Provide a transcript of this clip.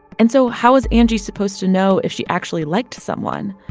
and so how was angie supposed to know if she actually liked someone?